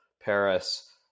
Paris